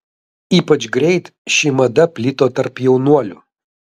ypač greit ši mada plito tarp jaunuolių